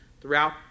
throughout